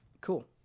Cool